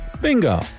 Bingo